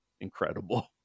incredible